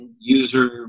user